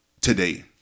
today